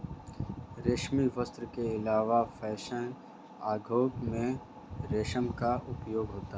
रेशमी वस्त्र के अलावा फैशन उद्योग में रेशम का उपयोग होता है